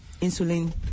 insulin